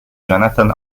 jonathan